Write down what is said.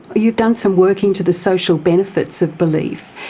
you've done some work into the social benefits of belief.